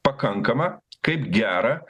pakankamą kaip gerą